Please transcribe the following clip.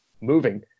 moving